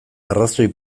arrazoi